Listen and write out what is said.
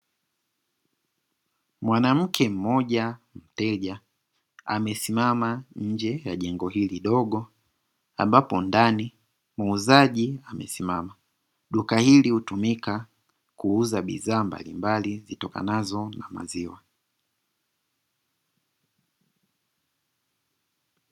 Mwanamke mmoja mteja amesimama nje ya jengo hili dogo ambapo ndani muuzaji amesimama, duka hili hutumika kuuza bidhaa mbalimbali zitokanazo na maziwa.